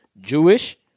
Jewish